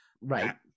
right